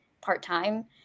part-time